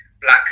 black